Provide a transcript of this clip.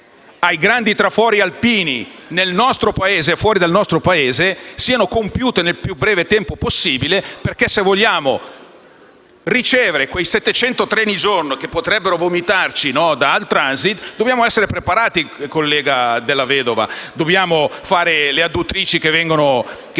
ai grandi trafori alpini, nel nostro Paese e al di fuori, siano compiute nel più breve tempo possibile. Infatti, se vogliamo ricevere quei 700 treni al giorno che potrebbero vomitarci da AlpTransit dobbiamo essere preparati, collega Della Vedova: dobbiamo fare le adduttrici, che sono